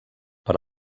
per